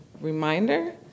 reminder